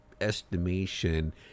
estimation